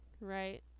right